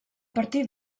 partir